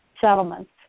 settlements